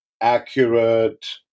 accurate